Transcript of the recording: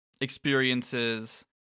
experiences